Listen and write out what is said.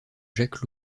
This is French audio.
jacques